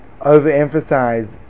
overemphasize